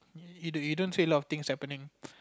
you don't you don't say see a lot of things happening